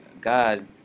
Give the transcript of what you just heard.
God